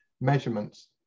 measurements